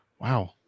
Wow